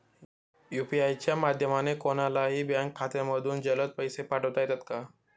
UPI च्या माध्यमाने कोणलाही बँक खात्यामधून जलद पैसे पाठवता येतात का?